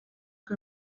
que